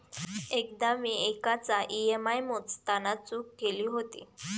एकदा मी एकाचा ई.एम.आय मोजताना चूक केली होती